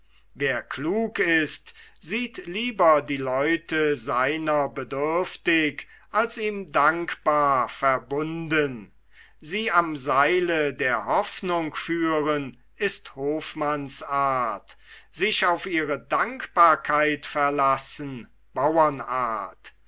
wer klug ist sieht lieber die leute seiner bedürftig als ihm dankbar verbunden sie am seile der hoffnung führen ist hofmannsart sich auf ihre dankbarkeit verlassen bauernart